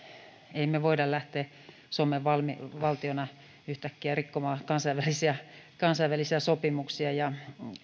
emme me voi lähteä suomen valtiona yhtäkkiä rikkomaan kansainvälisiä kansainvälisiä sopimuksia ja